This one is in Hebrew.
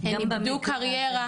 הן איבדו קריירה,